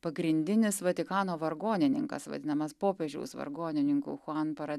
pagrindinis vatikano vargonininkas vadinamas popiežiaus vargonininkų kontora